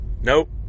Nope